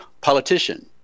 politician